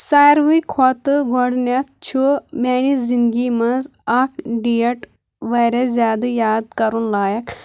ساروٕے کھۄتہٕ گۄڈٕنٮ۪تھ چھُ میانہِ زنٛدگی منٛز اَکھ ڈیٹ وارِیاہ زیادٕ یاد کَرُن لایق